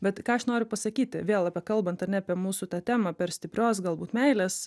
bet ką aš noriu pasakyti vėl apie kalbant ar ne apie mūsų tą temą per stiprios galbūt meilės